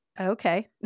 okay